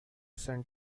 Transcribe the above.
centre